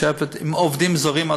עם עובדים זרים,